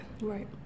Right